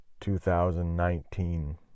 2019